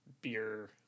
Beer